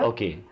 Okay